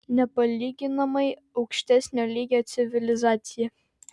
nepalyginamai aukštesnio lygio civilizacija